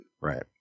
Right